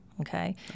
okay